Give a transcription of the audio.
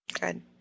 Good